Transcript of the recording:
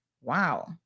wow